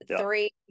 three